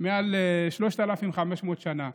מעל 3,500 שנה.